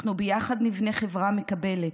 אנחנו ביחד נבנה חברה מקבלת,